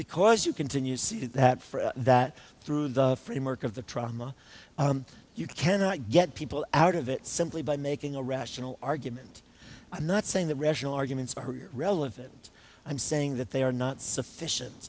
because you continue see that for that through the framework of the trauma you cannot get people out of it simply by making a rational argument i'm not saying that rational arguments are relevant i'm saying that they are not sufficient